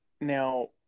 Now